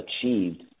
achieved